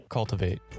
Cultivate